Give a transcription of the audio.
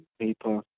paper